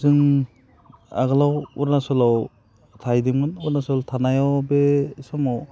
जों आगोलाव अरुनाचल आव थाहैदोंमोन अरुनाचल आव थानाय बे समाव